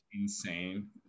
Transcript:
Insane